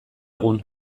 egun